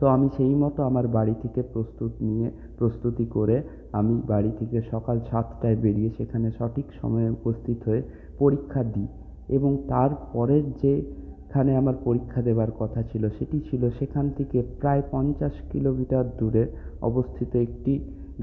তো সেই মতো আমি আমার বাড়ি থেকে প্রস্তুত নিয়ে প্রস্তুতি করে আমি বাড়ি থেকে সকাল সাতটায় বেরিয়ে সেখানে সঠিক সময়ে উপস্থিত হয়ে পরীক্ষা দিই এবং তারপরের যেখানে আমার পরীক্ষা দেওয়ার কথা ছিল সেটি ছিল সেখান থেকে প্রায় পঞ্চাশ কিলোমিটার দূরে অবস্থিত একটি